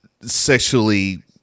sexually